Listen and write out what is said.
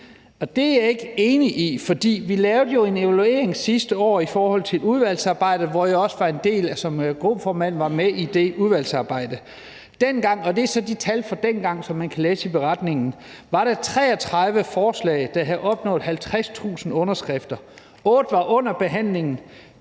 Det er jeg ikke enig i, for vi lavede jo en evaluering sidste år i forhold til udvalgsarbejdet, som jeg som gruppeformand var med i, og dengang – og det er så de tal fra dengang, som man kan læse i beretningen – var der 33 forslag, der havde opnået 50.000 underskrifter; 8 var under behandling,